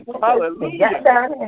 Hallelujah